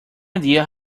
idea